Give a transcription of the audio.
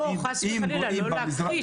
חס וחלילה, לא להכחיש.